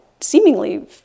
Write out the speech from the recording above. seemingly